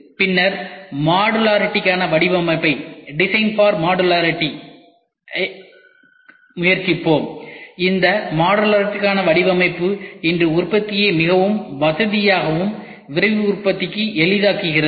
பின்னர் மாடுலாரிடிகான வடிவமைப்பைக் காண முயற்சிப்போம் இந்த மாடுலாரிடிகான வடிவமைப்பு இன்று உற்பத்தியை மிகவும் வசதியாகவும் விரைவு உற்பத்திக்கு எளிதாக்குகிறது